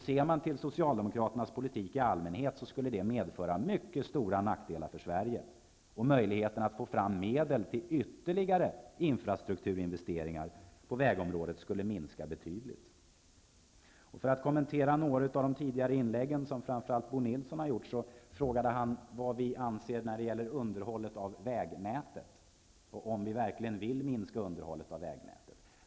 Ser man till Socialdemokraternas politik i allmänhet finner man att den skulle medföra mycket stora nackdelar för Sverige, och möjligheten att få fram medel till ytterligare infrastrukturinvesteringar på vägområdet skulle minska betydligt. Jag skulle vilja kommentera några av de tidigare inläggen, som framför allt Bo Nilsson har gjort. Han frågade vad vi anser när det gäller underhållet av vägnätet och om vi verkligen vill minska underhållet av vägnätet.